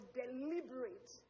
deliberate